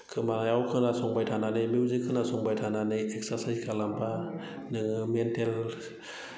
खोमायाव खोनासंबाय थानानै नों जि खोनासंबाय थानानै एक्सारसाइस खालामब्ला नोङो मेन्टेल